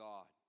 God